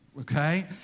okay